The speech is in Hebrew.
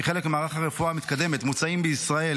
כחלק ממערך הרפואה המתקדמת מוצעים בישראל